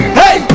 hey